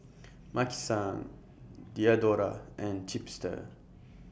Maki San Diadora and Chipster